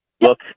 look